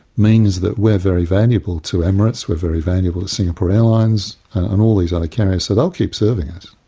means that we're very valuable to emirates, we're very valuable to singapore airlines and all these other carriers, so they'll keep serving us.